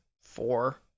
four